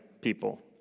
people